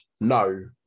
no